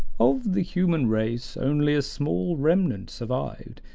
of the human race only a small remnant survived,